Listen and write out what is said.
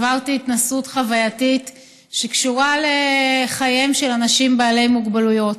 עברתי התנסות חווייתית שקשורה לחייהם של אנשים בעלי מוגבלויות.